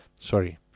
Sorry